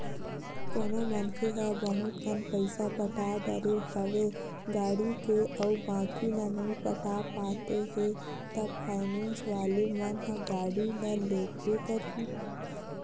कोनो मनखे ह बहुत कन पइसा पटा डरे हवे गाड़ी के अउ बाकी ल नइ पटा पाते हे ता फायनेंस वाले मन ह गाड़ी ल लेगबे करही